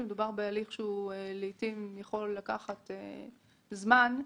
מדובר בהליך שלעיתים יכול לקחת זמן,